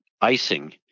icing